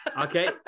Okay